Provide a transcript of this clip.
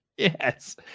Yes